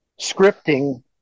scripting